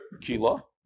kilo